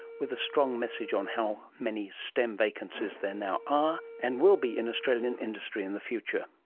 with a strong message on how many stem vacancies there now are and will be in australian industry in the future